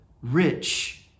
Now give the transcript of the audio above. rich